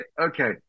Okay